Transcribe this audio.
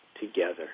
together